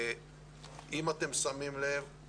אם אתם שמים לב,